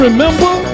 Remember